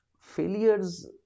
failures